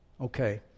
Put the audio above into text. Okay